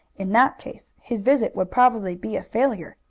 in that case his visit would probably be a failure.